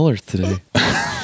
today